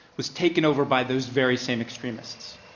was taken over bythose very same extremists.